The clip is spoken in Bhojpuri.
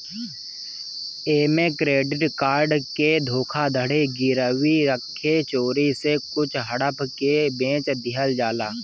ऐमे क्रेडिट कार्ड के धोखाधड़ी गिरवी रखे चोरी से कुछ हड़प के बेच दिहल जाला